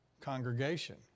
congregation